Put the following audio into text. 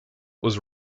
was